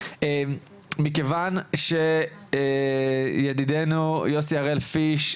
מכיוון שידידנו יוסי הראל פיש,